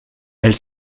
elle